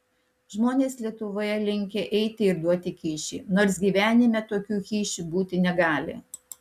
žmonės lietuvoje linkę eiti ir duoti kyšį nors gyvenime tokių kyšių būti negali